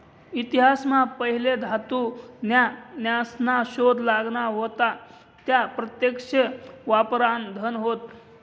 इतिहास मा पहिले धातू न्या नासना शोध लागना व्हता त्या प्रत्यक्ष वापरान धन होत